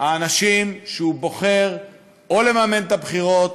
האנשים שהוא בוחר או לממן את הבחירות